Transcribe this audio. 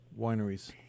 wineries